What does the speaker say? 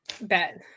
Bet